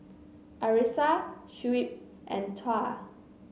Arissa Shuib and Tuah